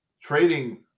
trading